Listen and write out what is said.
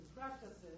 practices